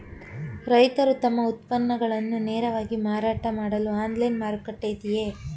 ರೈತರು ತಮ್ಮ ಉತ್ಪನ್ನಗಳನ್ನು ನೇರವಾಗಿ ಮಾರಾಟ ಮಾಡಲು ಆನ್ಲೈನ್ ಮಾರುಕಟ್ಟೆ ಇದೆಯೇ?